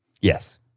Yes